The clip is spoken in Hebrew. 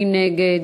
מי נגד?